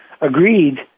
agreed